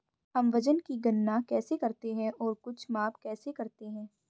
हम वजन की गणना कैसे करते हैं और कुछ माप कैसे करते हैं?